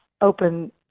open